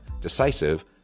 decisive